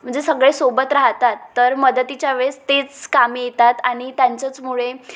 म्हणजे सगळे सोबत राहतात तर मदतीच्या वेळेस तेच कामी येतात आणि त्यांच्याचमुळे